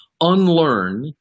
unlearn